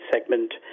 segment